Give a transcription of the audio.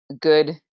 good